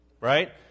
right